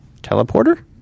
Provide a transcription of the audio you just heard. teleporter